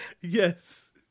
Yes